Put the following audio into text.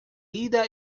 ida